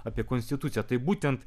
apie konstituciją tai būtent